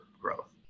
growth